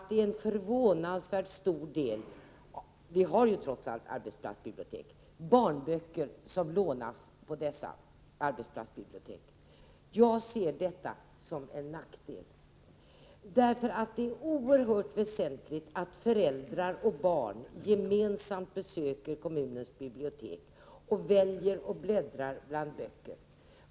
Det är en förvånansvärt stor del barnböcker — vi har trots allt redan nu arbetsplatsbibliotek — som lånas på arbetsplatsbiblioteken. Jag ser detta som en nackdel. Det är nämligen oerhört väsentligt att föräldrar och barn gemensamt besöker kommunens bibliotek, väljer bland böckerna där och bläddrar i böcker.